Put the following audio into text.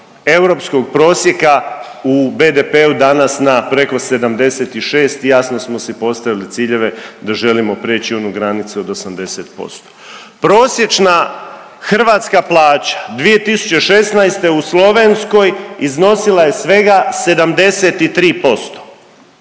europskog prosjeka u BDP-u danas na preko 76 i jasno smo si postavili ciljeve da želimo preći onu granicu od 80%. Prosječna hrvatska plaća 2016. u Slovenskoj iznosila je svega 73%,